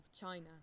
China